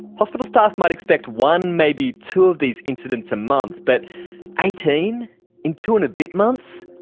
hospital staff might expect one, maybe two of these incidents a month, but eighteen in two and a bit months?